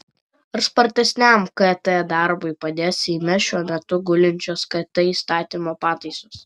ar spartesniam kt darbui padės seime šiuo metu gulinčios kt įstatymo pataisos